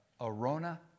Arona